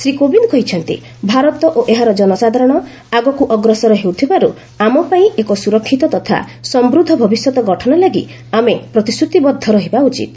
ଶ୍ରୀ କୋବିନ୍ଦ କହିଛନ୍ତି ଭାରତ ଓ ଏହାର ଜନସାଧାରଣ ଆଗକୁ ଅଗ୍ରସର ହେଉଥିବାରୁ ଆମପାଇଁ ଏକ ସୁରକ୍ଷିତ ତଥା ସମୃଦ୍ଧ ଭବିଷ୍ୟତ ଗଠନ ଲାଗି ଆମେ ପ୍ରତିଶ୍ରତିବଦ୍ଧ ରହିବା ଉଚିତ